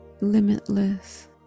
limitless